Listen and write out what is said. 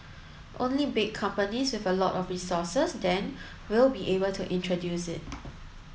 only big companies with a lot of resources then will be able to introduce it